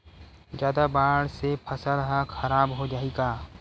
जादा बाढ़ से फसल ह खराब हो जाहि का?